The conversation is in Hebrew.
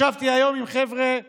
ישבתי היום עם חבר'ה צעירים,